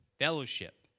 fellowship